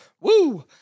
woo